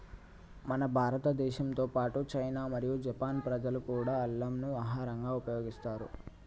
మన భారతదేశంతో పాటు చైనా మరియు జపాన్ ప్రజలు కూడా అల్లంను ఆహరంగా ఉపయోగిస్తారు